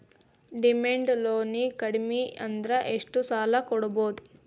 Demand ಲೊನಿಗೆ ಕಡ್ಮಿಅಂದ್ರ ಎಷ್ಟ್ ಸಾಲಾ ತಗೊಬೊದು?